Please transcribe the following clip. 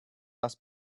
das